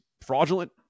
fraudulent